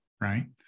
right